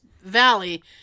valley